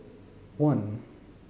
one